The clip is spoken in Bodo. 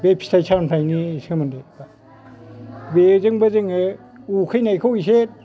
बे फिथाइ सामथाइनि सोमोन्दै बेजोंबो जोङो उखैनायखौ एसे